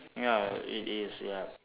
ya it is ya